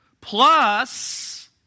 plus